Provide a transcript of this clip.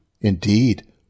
Indeed